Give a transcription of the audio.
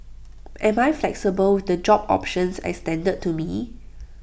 am I flexible with the job options extended to me